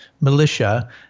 militia